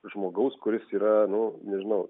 žmogaus kuris yra nu nežinau